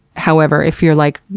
however, if you're like,